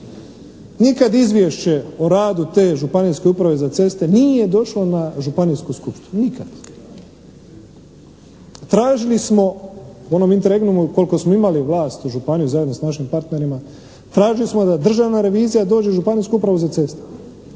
nikad izvješće o radu te Županijske uprave za ceste nije došlo na Županijsku skupštinu. Nikad. Tražili smo u onom … /Govornik se ne razumije./ … koliko smo imali vlast u županiji zajedno s našim partnerima, tražili smo da državna revizija dođe u Županijsku upravu za ceste.